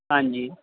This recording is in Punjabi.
ਹਾਂਜੀ